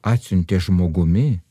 atsiuntė žmogumi